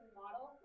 model